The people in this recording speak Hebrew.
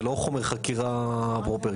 זה לא חומר חקירה פרופר.